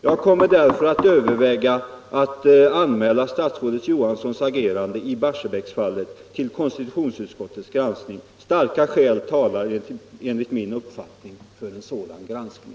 Jag kommer därför att överväga att anmäla statsrådet Johanssons agerande t Barsebäcksfallet till konstitutionsutskottets granskning. Starka skäl talar enligt min uppfattning för en sådan granskning.